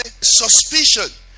suspicion